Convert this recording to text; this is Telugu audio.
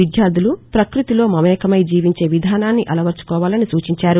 విద్యార్దలు ప్రకృతిలో మమేకమై జీవించే విధానాన్ని అలవరచుకోవాలని సూచించారు